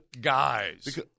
guys